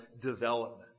development